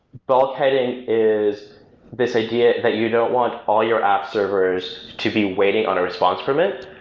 bulkheading is this idea that you don't want all your app servers to be waiting on a response permit,